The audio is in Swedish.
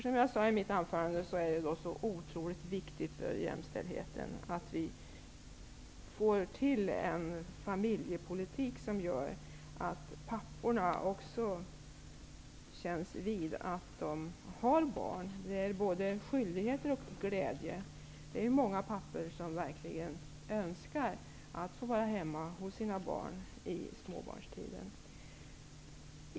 Som jag sade i mitt huvudanförande är det otroligt viktigt för jämställdheten att vi får en familjepolitik som gör att också papporna känns vid att de har barn. Det innebär både skyldigheter och glädje. Många pappor önskar verkligen att få vara hemma hos sina barn under småbarnstiden.